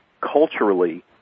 culturally